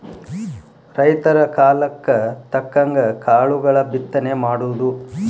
ರೈತರ ಕಾಲಕ್ಕ ತಕ್ಕಂಗ ಕಾಳುಗಳ ಬಿತ್ತನೆ ಮಾಡುದು